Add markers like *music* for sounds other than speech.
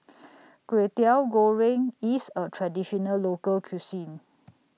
*noise* Kwetiau Goreng IS A Traditional Local Cuisine